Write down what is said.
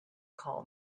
call